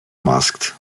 masked